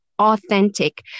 authentic